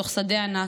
בתוך שדה ענק,